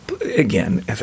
again